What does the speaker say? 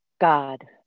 god